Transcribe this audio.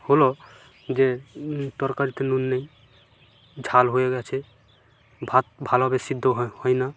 হলো যে তরকারিতে নুন নেই ঝাল হয়ে গেছে ভাত ভালোভাবে সেদ্ধ হয় না